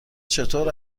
چطور